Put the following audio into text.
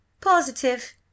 positive